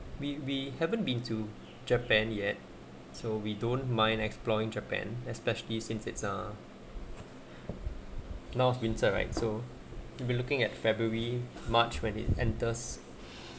we we haven't been to japan yet so we don't mind exploring japan especially since it's ah north winter right so you'll be looking at february march when it enters